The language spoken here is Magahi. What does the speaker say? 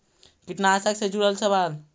कीटनाशक से जुड़ल सवाल?